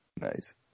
Nice